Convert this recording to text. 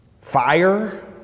Fire